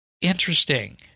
interesting